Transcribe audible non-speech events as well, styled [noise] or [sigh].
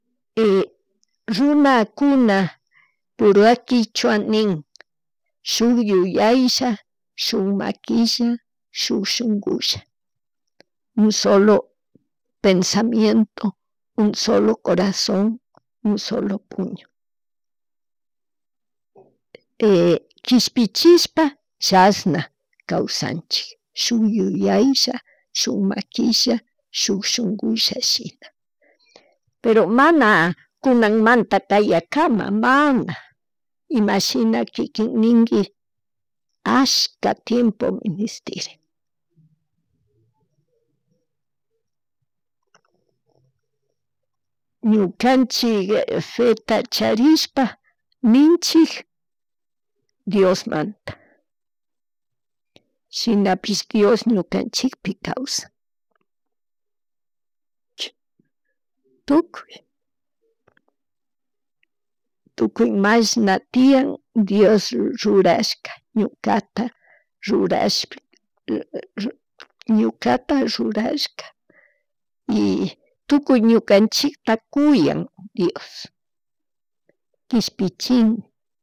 (-) Runa kuna puruha kichwa nin shuk yuyaylla, shuk maquilla, shuk shunkulla, un solo pensamiento, un solo corazon, un solo puño. [hesitation] Kishpichishpa chashna kawsanchik shuk yuyaylla, shuk maquilla, shuk shungulla shina [hesitation] pero mana kunamanta kayakama mana, imashina kikin ningui ashka tiempomi minishtirin. Ñukanchik feta charishpa ninchik Diosmanta, shinapish Dios ñukanchikpi kawsan [hesitation] tukuy, tukuy mashna tiyan Dios rurashka ñukata, rurashpi, ñukata rurashka [noise] y tukuy ñukanchikta kuyan Dios, kishpichin